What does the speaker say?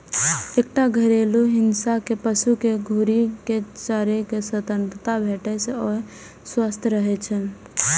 एकटा घेरल हिस्सा मे पशु कें घूमि कें चरै के स्वतंत्रता भेटै से ओ स्वस्थ रहै छै